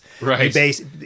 Right